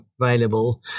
available